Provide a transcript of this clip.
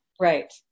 Right